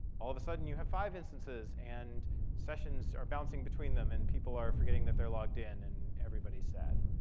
all of a sudden, you have five instances. and sessions are bouncing between them. and people are forgetting that they're logged in. and everybody's sad.